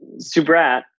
Subrat